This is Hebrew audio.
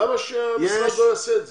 למה שהמשרד לא יעשה את זה?